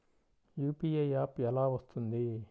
UPI app ఎలా వస్తుంది?